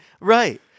Right